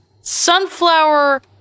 Sunflower